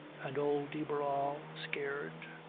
and old de barral, scared,